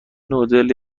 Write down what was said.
نودل